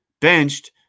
benched